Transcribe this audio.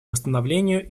восстановлению